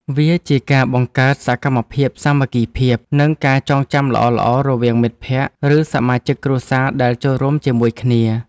វាជាការបង្កើតសកម្មភាពសាមគ្គីភាព និងការចងចាំល្អៗរវាងមិត្តភក្តិ ឬសមាជិកគ្រួសារដែលចូលរួមជាមួយគ្នា។